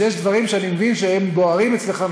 אז יש דברים שאני מבין שהם בוערים אצלך.